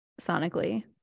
sonically